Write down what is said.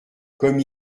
comme